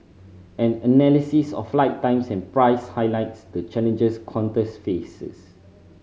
an analysis of flight times and prices highlights the challenges Qantas faces